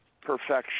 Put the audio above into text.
perfection